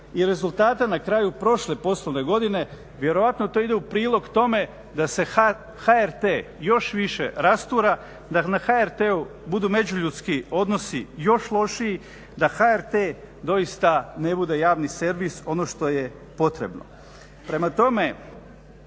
i rezultate na kraju prošle poslovne godine. Vjerojatno to ide u prilog tome da se HRT još više rastura, da na HRT-u budu međuljudski odnosi još lošiji, da HRT doista ne bude javni servis, ono što je potrebno. Prema tome,